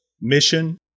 mission